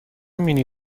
مینی